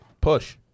Push